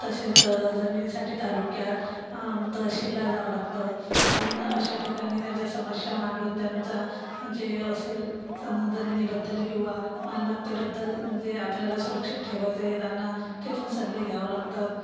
तसेच जमिनीसाठी तालुक्यात तहशीलला जावं लागतं अशा ठिकाणी त्यांच्या समस्या मांडून त्यांचा जे असेल सम जमिनीबद्दल किंवा मालमत्तेबद्दल जे आपल्याला सुरक्षित ठेवायचं आहे त्यांना तिथून सल्ले घ्यावं लागतात